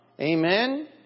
Amen